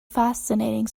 fascinating